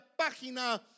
página